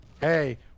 hey